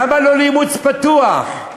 למה לא לאימוץ פתוח?